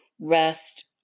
rest